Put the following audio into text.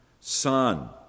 son